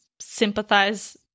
sympathize